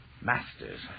Masters